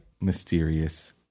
Mysterious